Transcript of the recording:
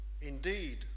Indeed